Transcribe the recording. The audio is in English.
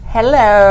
Hello